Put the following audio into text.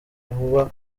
vuba